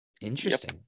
Interesting